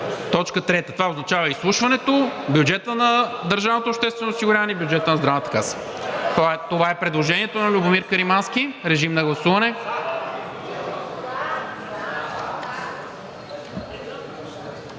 ред – това означава изслушването, бюджета на държавното обществено осигуряване и бюджета на Здравната каса. Това е предложението на Любомир Каримански. Гласували